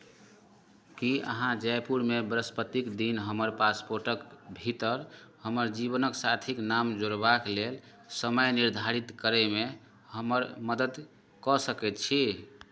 की अहाँ जयपुरमे बृहस्पतिक दिन हमर पासपोर्टक भीतर हमर जीवनक साथीक नाम जोड़बाक लेल समय निर्धारित करयमे हमर मदति कऽ सकैत छी